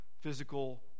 physical